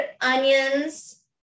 onions